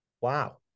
Wow